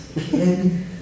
kid